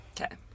Okay